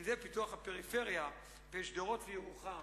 אם זה פיתוח הפריפריה, ושדרות וירוחם